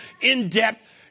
in-depth